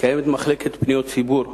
קיימת מחלקת פניות ציבור במשרד,